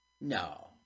No